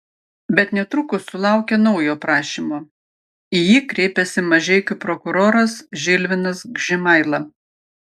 bet netrukus sulaukė naujo prašymo į jį kreipėsi mažeikių prokuroras žilvinas gžimaila